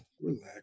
Relax